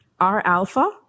R-alpha